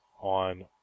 on